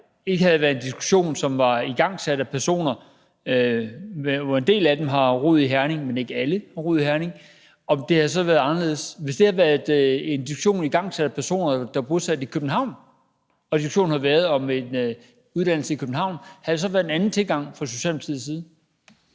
hvis det her ikke havde været en diskussion, som var igangsat af personer, hvoraf en del, men ikke alle, har rod i Herning, så havde været anderledes? Hvis det havde været en diskussion, der var igangsat af personer, der var bosat i København, og diskussionen havde været om en uddannelse i København, havde der så været en anden tilgang fra Socialdemokratiets side?